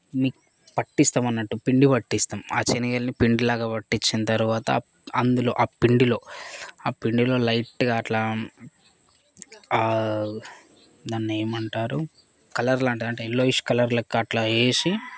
మిక్ పట్టిస్తామన్నట్టు పిండి పట్టిస్తాం ఆ శనిగుల్ని పిండిలాగా పట్టించిన తర్వాత అందులో ఆ పిండిలో ఆ పిండిలో లైట్గా అట్లా దాన్ని ఏమంటారు కలర్ లాంటిది అంటే ఎల్లోఇష్ కలర్ లెక్క అట్లా వేసి